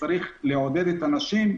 צריך לעודד את הנשים,